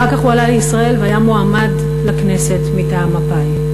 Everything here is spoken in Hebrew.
אחר כך הוא עלה לישראל והיה מועמד לכנסת מטעם מפא"י.